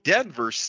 Denver